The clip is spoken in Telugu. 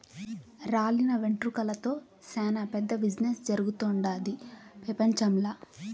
రాలిన వెంట్రుకలతో సేనా పెద్ద బిజినెస్ జరుగుతుండాది పెపంచంల